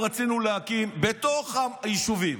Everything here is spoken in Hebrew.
רצינו להקים בתוך היישובים,